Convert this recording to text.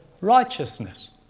righteousness